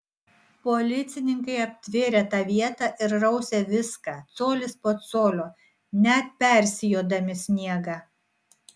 policininkai aptvėrė tą vietą ir rausė viską colis po colio net persijodami sniegą